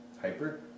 Hyper